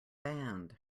band